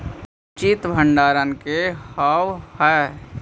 उचित भंडारण का होव हइ?